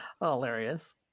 hilarious